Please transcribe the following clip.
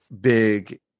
big